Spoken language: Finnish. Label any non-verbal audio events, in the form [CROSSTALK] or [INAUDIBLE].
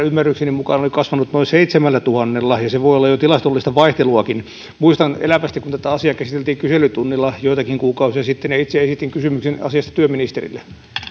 [UNINTELLIGIBLE] ymmärrykseni mukaan oli kasvanut noin seitsemällätuhannella ja se voi olla jo tilastollista vaihteluakin muistan elävästi kun tätä asiaa käsiteltiin kyselytunnilla joitakin kuukausia sitten ja itse esitin kysymyksen asiasta työministerille